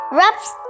rubs